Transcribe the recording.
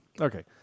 Okay